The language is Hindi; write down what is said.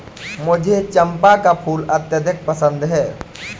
मुझे चंपा का फूल अत्यधिक पसंद है